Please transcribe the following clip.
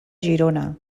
girona